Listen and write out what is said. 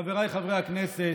פריג', חבריי חברי הכנסת,